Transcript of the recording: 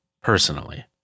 personally